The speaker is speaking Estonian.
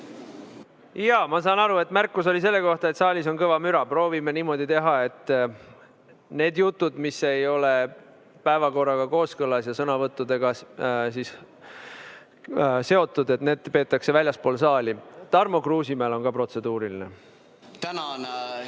ma saan aru, märkus on selle kohta, et saalis on kõva müra. Proovime niimoodi teha, et need jutud, mis ei ole päevakorraga kooskõlas ja sõnavõttudega seotud, peetakse väljaspool saali. Tarmo Kruusimäel on ka protseduuriline